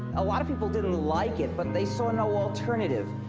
a lot of people didn't like it. but they saw no alternative.